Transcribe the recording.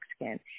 Mexican